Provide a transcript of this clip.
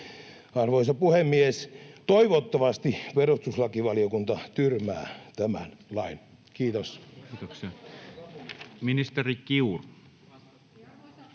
Arvoisa puhemies! Toivottavasti perustuslakivaliokunta tyrmää tämän lain. — Kiitos.